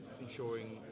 ensuring